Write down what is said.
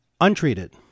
untreated